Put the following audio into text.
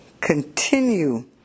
continue